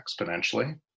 exponentially